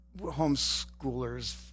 homeschoolers